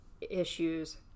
issues